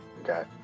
okay